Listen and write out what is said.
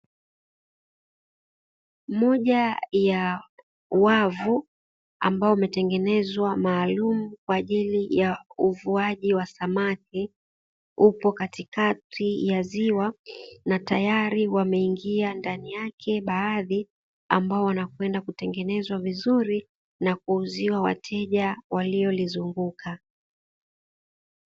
Moja ya wavu ambao umetengenezwa maalumu kwa ajili ya uvuaji wa samaki, upo katikati ya ziwa na tayari wameingia ndani yake baadhi, ambao wanakwenda kutengenezwa vizuri na kuuziwa wateja waliyolizunguka.